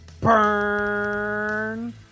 burn